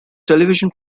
television